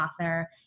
author